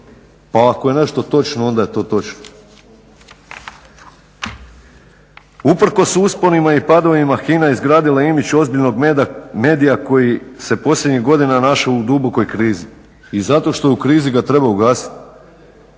Pa ako je nešto točno, onda je to točno. Usprkos usponima i padovima, HINA je izgradila imidž ozbiljnoj medija koji se posljednjih godina našao u dubokoj krizi. I zato što je u krizi ga treba ugasiti?